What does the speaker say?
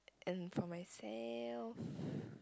and from myself